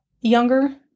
younger